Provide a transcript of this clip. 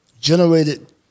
generated